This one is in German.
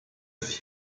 sich